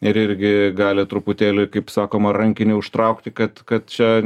ir irgi gali truputėlį kaip sakoma rankinį užtraukti kad kad čia